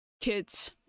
kids